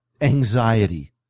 anxiety